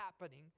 happening